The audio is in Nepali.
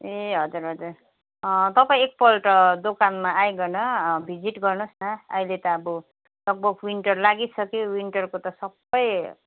ए हजुर हजुर तपाईँ एकपल्ट दोकानमा आइकन भिजिट गर्नुहोस न अहिले त अब लगभग विन्टर लागिसक्यो विन्टरको त सबै